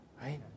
right